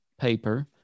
paper